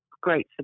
great